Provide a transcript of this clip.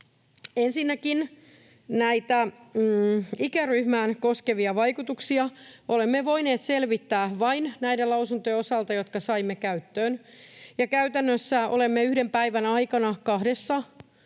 ensinnäkin näitä ikäryhmää koskevia vaikutuksia olemme voineet selvittää vain näiden lausuntojen osalta, jotka saimme käyttöön. Käytännössä olemme yhden päivän aikana kahdessa